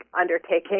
undertaking